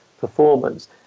performance